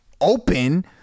open